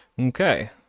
Okay